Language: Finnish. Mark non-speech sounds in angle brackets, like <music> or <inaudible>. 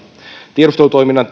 tiedustelutoiminnan <unintelligible>